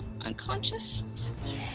unconscious